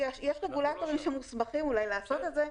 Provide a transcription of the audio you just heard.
יש רגולטורים שמוסמכים אולי לעשות את זה.